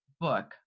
Book